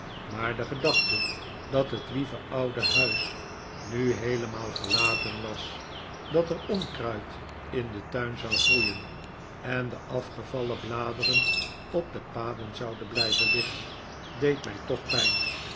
maar de gedachte dat het lieve oude huis nu heelemaal verlaten was dat er onkruid in den tuin zou groeien en de afgevallen bladeren op de paden zouden blijven liggen deed mij toch pijn